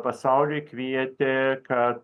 pasauliui kvietė kad